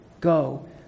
Go